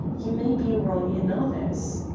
you may be wrong in others.